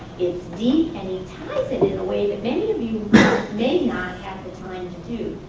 it's deep and enticing in a way that many of you may not have the time to do,